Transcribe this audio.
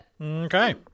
Okay